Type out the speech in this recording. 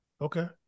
Okay